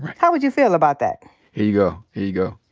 how would you feel about that? here you go. here you go.